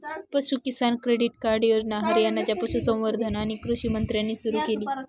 पशु किसान credit card योजना हरियाणाच्या पशुसंवर्धन आणि कृषी मंत्र्यांनी सुरू केली